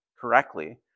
correctly